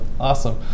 awesome